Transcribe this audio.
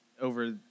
over